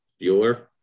Bueller